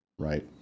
right